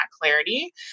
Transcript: clarity